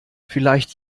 vielleicht